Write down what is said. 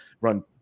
run